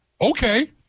Okay